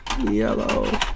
yellow